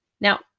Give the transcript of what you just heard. Now